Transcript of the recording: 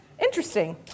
Interesting